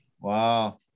Wow